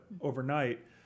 overnight